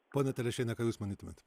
pone telešiene ką jūs manytumėt